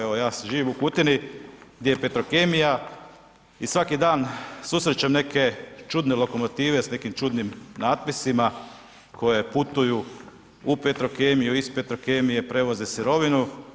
Evo ja živim u Kutini gdje je Petrokemija i svaki dan susrećem neke čudne lokomotive s nekim čudnim natpisima koje putuju u Petrokemiju, iz Petrokemije prevoze sirovinu.